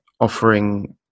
offering